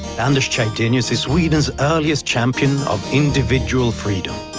anders chydenius is sweden's earliest champion of individual freedom.